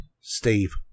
Steve